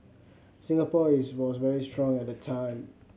Singapore is was very strong at the time